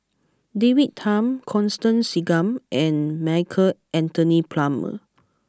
David Tham Constance Singam and Michael Anthony Palmer